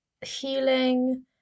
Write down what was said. healing